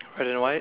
red and white